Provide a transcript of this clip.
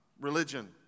religion